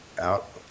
Out